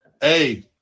Hey